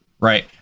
right